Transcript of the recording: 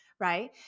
Right